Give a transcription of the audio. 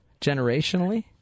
generationally